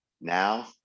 Now